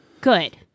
Good